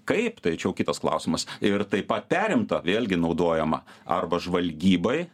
kaip tai čia jau kitas klausimas ir taip perimta vėlgi naudojama arba žvalgybai